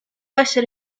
essere